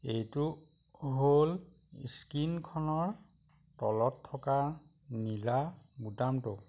এইটো হ'ল স্ক্ৰীনখনৰ তলত থকা নীলা বুটামটো